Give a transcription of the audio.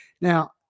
Now